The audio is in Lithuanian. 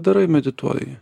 darai medituoji